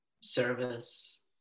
service